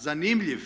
zanimljiv